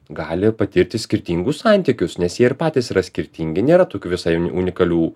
gali patirti skirtingus santykius nes jie ir patys yra skirtingi nėra tokių visai unikalių